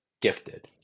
gifted